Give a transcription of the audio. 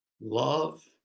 love